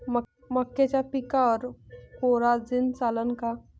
मक्याच्या पिकावर कोराजेन चालन का?